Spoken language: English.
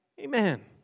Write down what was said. Amen